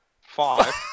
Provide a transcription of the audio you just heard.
Five